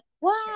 Wow